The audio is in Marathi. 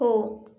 हो